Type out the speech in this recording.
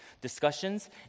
discussions